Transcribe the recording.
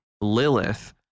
Lilith